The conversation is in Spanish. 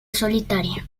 solitaria